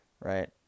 right